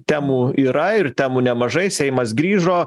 temų yra ir temų nemažai seimas grįžo